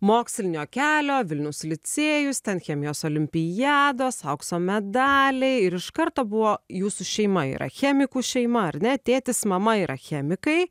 mokslinio kelio vilniaus licėjus ten chemijos olimpiados aukso medaliai ir iš karto buvo jūsų šeima yra chemikų šeima ar ne tėtis mama yra chemikai